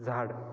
झाड